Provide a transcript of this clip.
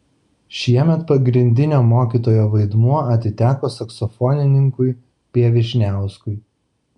šiemet pagrindinio mokytojo vaidmuo atiteko saksofonininkui p vyšniauskui